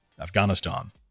Afghanistan